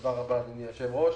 תודה רבה אדוני היושב ראש.